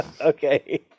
Okay